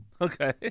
Okay